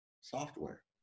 software